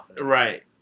Right